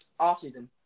offseason